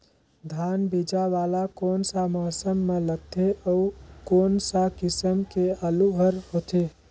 धान बीजा वाला कोन सा मौसम म लगथे अउ कोन सा किसम के आलू हर होथे?